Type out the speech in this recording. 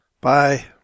Bye